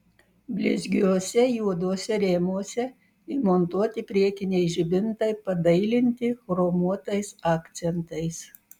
blizgiuose juoduose rėmuose įmontuoti priekiniai žibintai padailinti chromuotais akcentais